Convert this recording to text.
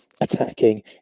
attacking